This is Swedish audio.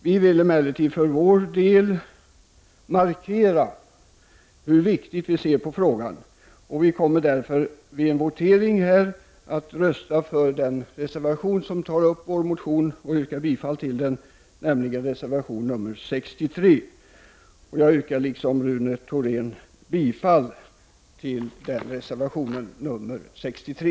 Vi vill emellertid för vår del markera hur viktig vi anser frågan vara, och vi kommer därför vid voteringen att rösta för den reservation som tar upp och tillstyrker vår motion, nämligen reservation 63. Liksom Rune Thorén yrkar jag alltså bifall till reservation 63.